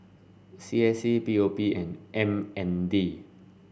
C S C P O P and M N D